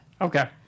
Okay